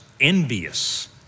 envious